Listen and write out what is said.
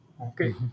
Okay